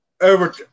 over